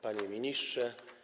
Panie Ministrze!